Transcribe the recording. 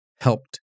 helped